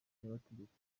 bategetsi